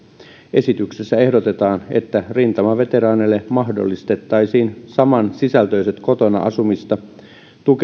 esityksessä ehdotetaan että rintamaveteraaneille mahdollistettaisiin samansisältöiset kotona asumista tukevat palvelut